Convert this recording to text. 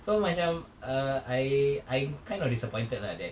so macam uh I I'm kind of disappointed lah that